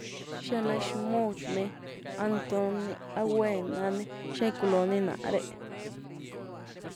Xiná ná xmud ni, ¿a ntony?, ¿a gwen nahny?,¿xiná gykuloony náre?